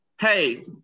Hey